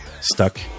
Stuck